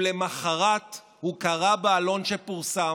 ולמוחרת הוא קרא בעלון שפורסם: